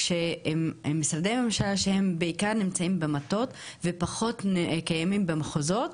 שמשרדי הממשלה שבעיקר נמצאים במטות ופחות נמצאים במחוזות,